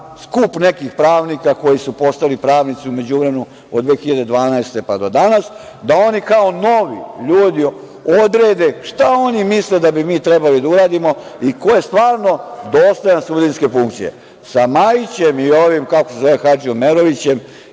skup nekih pravnika koji su postali pravnici u međuvremenu od 2012. godine, pa do danas, da oni kao novi ljudi odrede šta oni misle da bi mi trebali da uradimo i ko je stvarno dosledan sudijske funkcije. Sa Majićem i ovim, kako se zove, Hadžiomerovićem